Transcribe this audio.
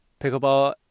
pickleball